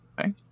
Okay